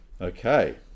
Okay